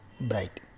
bright